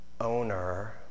owner